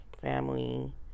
family